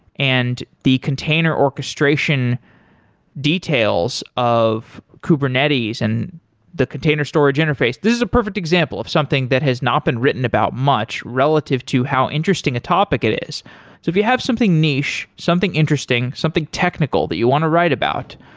and the container orchestration details of kubernetes and the container storage interface. this is a perfect example of something that has not been written about much relative to how interesting a topic it is. so if you have something niche, something interesting, something technical that you want to write about,